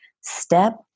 Step